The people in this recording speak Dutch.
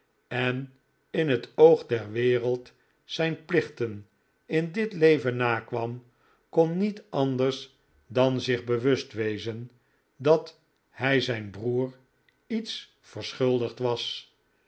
en in het oog der wereld zijn plichten in dit leven nakwam kon niet anders dan zich bewust wezen dat hij zijn broer iets verschuldigd was